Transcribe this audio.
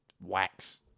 wax